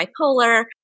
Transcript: bipolar